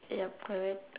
ya correct